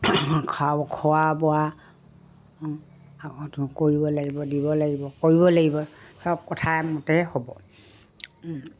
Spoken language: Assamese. খোৱা বোৱা কৰিব লাগিব দিব লাগিব কৰিব লাগিব সব কথা মতে হ'ব